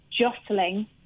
jostling